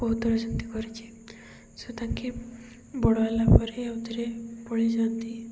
ବହୁତଥର ସେମିତି କରିଛି ସୋ ତାଙ୍କେ ବଡ଼ ହେଲା ପରେ ଆଉଥରେ ପଳାଇଯାଆନ୍ତି